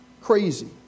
crazy